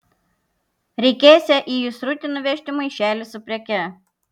reikėsią į įsrutį nuvežti maišelį su preke